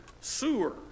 sewer